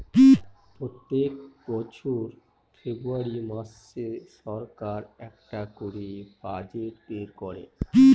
প্রত্যেক বছর ফেব্রুয়ারী মাসে সরকার একটা করে বাজেট বের করে